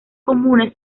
comunes